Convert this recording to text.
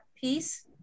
peace